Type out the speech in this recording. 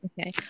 Okay